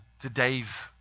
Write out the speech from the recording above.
today's